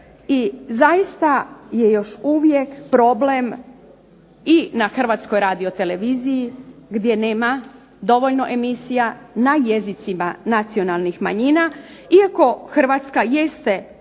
zaista je još uvijek problem i na HRT-u gdje nema dovoljno emisija na jezicima nacionalnih manjina, iako Hrvatska jeste